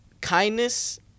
kindness